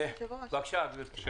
אדוני היושב-ראש --- בבקשה, גברתי.